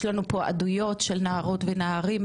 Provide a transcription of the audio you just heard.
יש לנו פה עדויות של נערות ונערים,